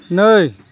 नै